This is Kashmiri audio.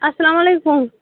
اَسلام علیکُم